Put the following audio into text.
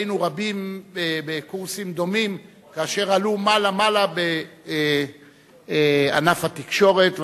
ראינו רבים בקורסים דומים אשר עלו מעלה מעלה בענף התקשורת,